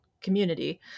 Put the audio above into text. community